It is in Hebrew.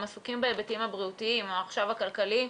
הם עסוקים בהיבטים הבריאותיים או הכלכליים.